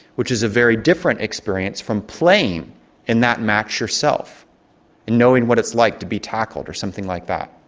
which is a very different experience from playing in that match yourself and knowing what it's like to be tackled or something like that.